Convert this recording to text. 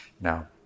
Now